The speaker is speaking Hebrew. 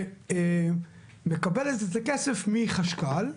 שמקבלת את הכסף מחשכ"ל,